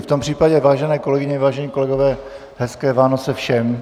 V tom případě, vážené kolegyně, vážení kolegové, hezké Vánoce všem.